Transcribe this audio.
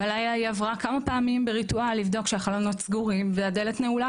בלילה היא עברה כמה פעמים בריטואל לבדוק שהחלונות סגורים והדלת נעולה,